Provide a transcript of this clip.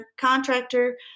contractor